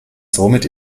somit